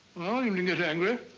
ah um to get angry.